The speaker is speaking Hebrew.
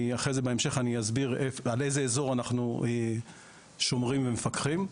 אחר כך בהמשך אני אסביר על איזה אזור אנחנו שומרים ומפקחים.